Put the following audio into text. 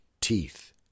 teeth